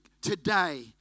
today